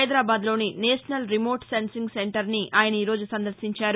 హైదరాబాద్ లోని national remote sensing సెంటర్ని ఆయన ఈరోజు సందర్శించారు